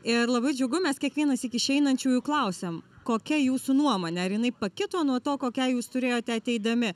ir labai džiugu mes kiekvienąsyk išeinančiųjų klausiam kokia jūsų nuomonė ar jinai pakito nuo to kokią jūs turėjote ateidami